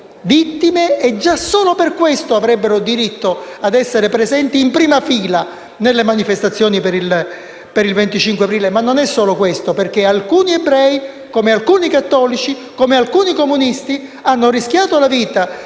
vittime e già solo per questo avrebbero diritto ad essere presenti in prima fila nelle manifestazioni per il 25 aprile. Ma non è solo questo, perché alcuni ebrei, come alcuni cattolici e alcuni comunisti, hanno rischiato la vita